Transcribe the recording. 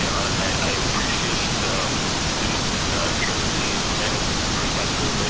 i appreciate student trustee jimenez's perspective.